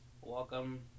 Welcome